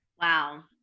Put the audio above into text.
Wow